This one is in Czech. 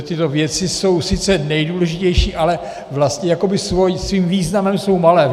Tyto věci jsou sice nejdůležitější, ale vlastně jakoby svým významem jsou malé.